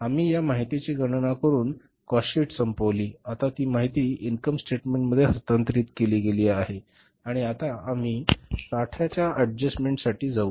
आम्ही या माहितीची गणना करून काॅस्ट शीट संपविली आता ती माहिती इन्कम स्टेटमेंटमध्ये हस्तांतरित केली गेली आहे आणि आता आम्ही साठाच्या एडजेस्टमेंटसाठी जाऊ